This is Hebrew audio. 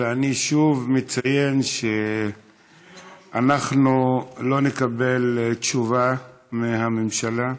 אני שוב מציין שאנחנו לא נקבל תשובה מהממשלה.